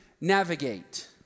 navigate